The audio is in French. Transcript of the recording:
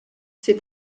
ses